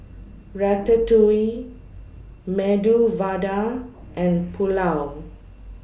Ratatouille Medu Vada and Pulao